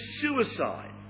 suicide